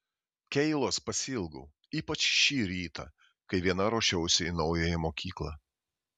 keilos pasiilgau ypač šį rytą kai viena ruošiausi į naująją mokyklą